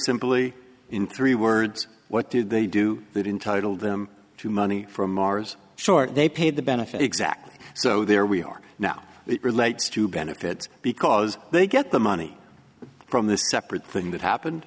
simply in three words what did they do that entitle them to money from mars short they paid the benefit exactly so there we are now it relates to benefits because they get the money from this separate thing that happened